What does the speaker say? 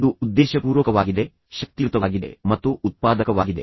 ಇದು ಉದ್ದೇಶಪೂರ್ವಕವಾಗಿದೆ ಶಕ್ತಿಯುತವಾಗಿದೆ ಮತ್ತು ಉತ್ಪಾದಕವಾಗಿದೆ